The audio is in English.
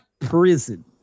prison